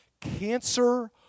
Cancer